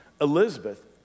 Elizabeth